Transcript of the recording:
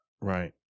Right